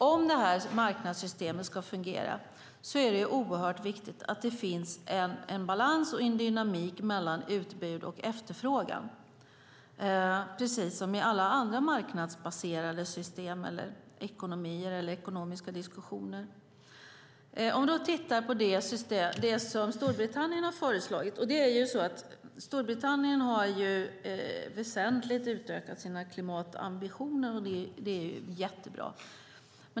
Om marknadssystemet ska fungera är det samtidigt oerhört viktigt att det finns en balans och en dynamik mellan utbud och efterfrågan precis som i alla andra marknadsbaserade system, ekonomier eller ekonomiska diskussioner. Vi kan titta på det som Storbritannien har föreslagit. Storbritannien har väsentligt utökat sina klimatambitioner, och det är jättebra.